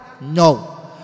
No